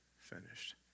finished